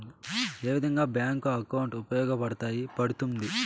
ఏ విధంగా bank account ఉపయోగపడతాయి పడ్తుంది